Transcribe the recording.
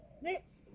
Next